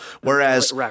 whereas